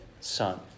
son